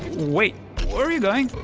wait. where are you going?